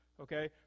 okay